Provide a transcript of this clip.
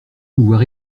pouvoir